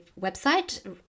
website